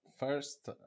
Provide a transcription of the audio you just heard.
First